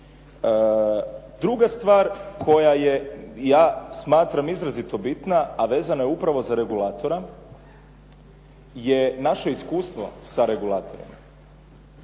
Druga stvar koja je, ja smatram izrazito bitna, a vezana je upravo za regulatora je naše iskustvo sa regulatorima.